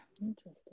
Interesting